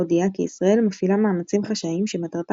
הודיע כי ישראל מפעילה מאמצים חשאיים שמטרתם